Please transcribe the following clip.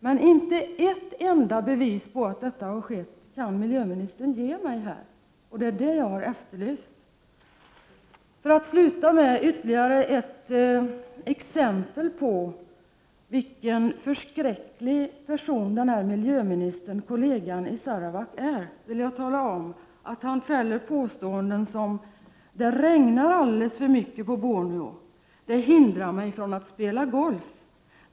Men miljöministern kan inte här ge mig ett enda bevis på att så har skett. Det är det som jag har efterlyst. För att avsluta med ytterligare ett par exempel på vilken förskräcklig person miljöministerns kollega i Sarawak är vill jag tala om att han fällt påståenden som ”Det regnar alldeles för mycket på Borneo. Det hindrar mig från att spela golf.